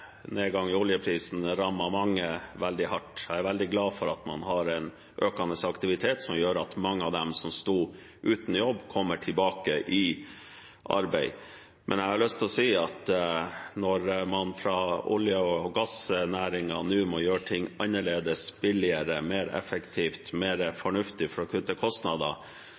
man har økende aktivitet, som gjør at mange av dem som sto uten jobb, kommer tilbake i arbeid. Men jeg har lyst til å si at når man fra olje- og gassnæringen nå må gjøre ting annerledes – billigere, mer effektivt, mer fornuftig – for å kutte kostnader,